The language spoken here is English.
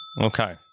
Okay